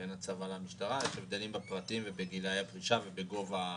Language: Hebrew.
יש הבדלים בפרטים ובגילאי הפרישה ובגובה הקצבה.